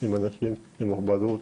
עם אנשים עם מוגבלות,